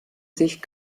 sich